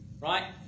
Right